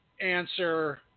answer